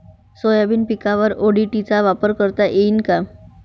Soybean पिकावर ODT चा वापर करता येईन का?